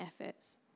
efforts